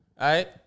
right